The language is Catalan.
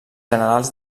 generals